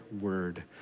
word